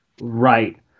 Right